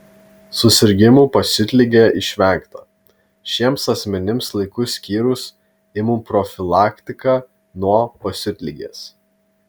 susirgimų pasiutlige išvengta šiems asmenims laiku skyrus imunoprofilaktiką nuo pasiutligės